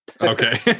Okay